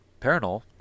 Paranol